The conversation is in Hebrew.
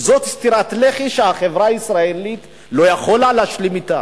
זאת סטירת לחי שהחברה הישראלית לא יכולה להשלים אתה,